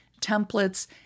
templates